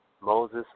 Moses